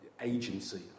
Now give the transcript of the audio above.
agency